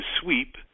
sweep